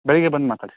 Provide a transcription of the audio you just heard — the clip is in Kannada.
ಬೆಳಿಗ್ಗೆ ಬಂದು ಮಾತಾಡಿ